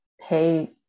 pay